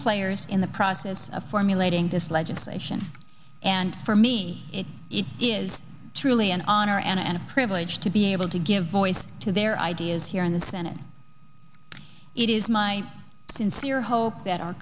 players in the process of formulating this legislation and for me it is truly an honor and a privilege to be able to give voice to their ideas here in the senate it is my sincere hope that our